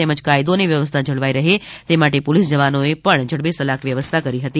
તેમજ કાયદે અને વ્યવસ્થા જળવાઈ રહે તે માટે પોલીસ જવાનોને પણ જડબેસલાક વ્યવસ્થા કરી હતી